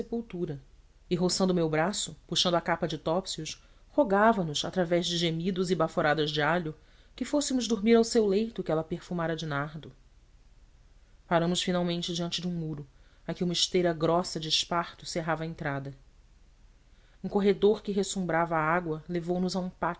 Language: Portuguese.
sepultura e roçando o meu braço puxando a capa de topsius rogavanos através de gemidos e baforadas de alho que fôssemos dormir ao seu leito que ela perfumara de nardo paramos finalmente diante de um muro a que uma esteira grossa de esparto cerrava a entrada um corredor que ressumbrava água levou nos a